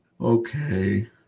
Okay